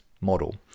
model